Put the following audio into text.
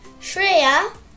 Shreya